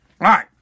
right